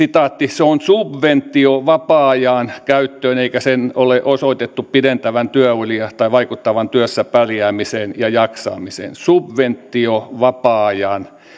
se on subventio vapaa ajan käyttöön eikä sen ole osoitettu pidentävän työuria tai vaikuttavan työssä pärjäämiseen ja jaksamiseen subventio vapaa ajan